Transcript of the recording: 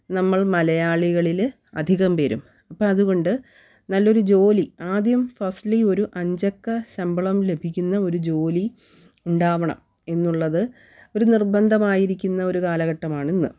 നമ്മൾ മലയാളികളിൽ അധികം പേരും അപ്പം അതുകൊണ്ട് നല്ലൊരു ജോലി ആദ്യം ഫസ്റ്റിലി ഒരു അഞ്ചക്ക ശമ്പളം ലഭിക്കുന്ന ഒരു ജോലി ഉണ്ടാവണം എന്നുള്ളത് ഒരു നിർബന്ധമായിരിക്കുന്ന ഒരു കാലഘട്ടമാണിന്ന്